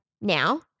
now